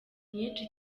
nyinshi